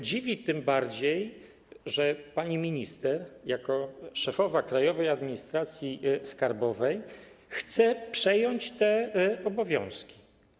Dziwi to tym bardziej, że pani minister jako szefowa Krajowej Administracji Skarbowej chce przejąć te obowiązki.